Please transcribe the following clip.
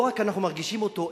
לא רק אנחנו מרגישים אותו,